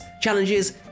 challenges